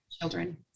children